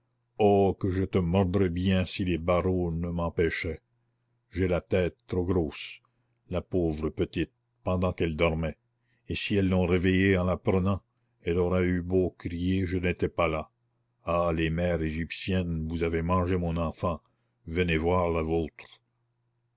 oh que je te mordrais bien si les barreaux ne m'empêchaient j'ai la tête trop grosse la pauvre petite pendant qu'elle dormait et si elles l'ont réveillée en la prenant elle aura eu beau crier je n'étais pas là ah les mères égyptiennes vous avez mangé mon enfant venez voir la vôtre